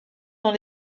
dans